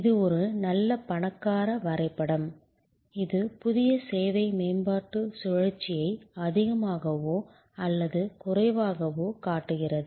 இது ஒரு நல்ல பணக்கார வரைபடம் இது புதிய சேவை மேம்பாட்டு சுழற்சியை அதிகமாகவோ அல்லது குறைவாகவோ காட்டுகிறது